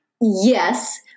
Yes